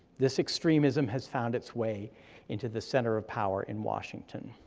this extremism has found its way into the center of power in washington.